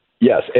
Yes